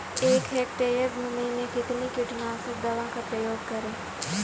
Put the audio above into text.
एक हेक्टेयर भूमि में कितनी कीटनाशक दवा का प्रयोग करें?